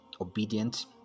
obedient